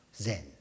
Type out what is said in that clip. Zen